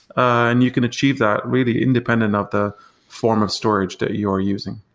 and you can achieve that really independent of the form of storage that you're using.